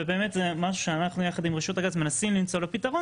ובאמת זה משהו שאנחנו ביחד עם רשות הגז מנסים למצוא לו פתרון